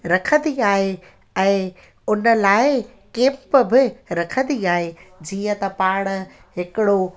रखंदी आहे ऐं हुन लाइ केंप बि रखंदी आहे जीअं त पाण हिकिड़ो